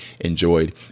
enjoyed